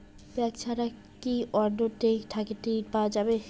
Bank ছাড়া কি অন্য টে থাকি ঋণ পাওয়া যাবে?